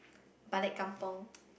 Balik Kampung